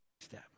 step